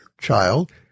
child